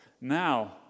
now